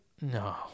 no